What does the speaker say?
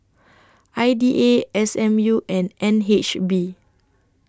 I D A S M U and N H B